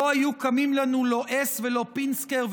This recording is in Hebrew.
לא היו קמים לנו לא הס ולא פינסקר,